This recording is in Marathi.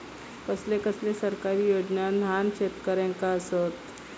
कसले कसले सरकारी योजना न्हान शेतकऱ्यांना आसत?